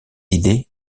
idées